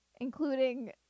Including